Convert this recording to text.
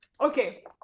Okay